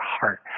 heart